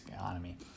economy